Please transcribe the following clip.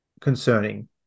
concerning